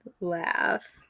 laugh